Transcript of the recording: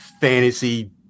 fantasy